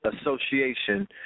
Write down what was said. Association